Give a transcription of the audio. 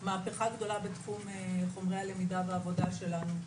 מהפכה גדולה בתחום חומרי הלמידה והעבודה שלנו.